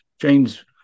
james